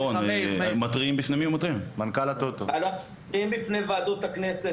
אנחנו מתריעים בפני ועדות הכנסת,